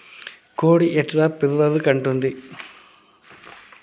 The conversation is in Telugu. కోడి ఎట్లా పిల్లలు కంటుంది?